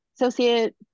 associate